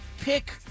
pick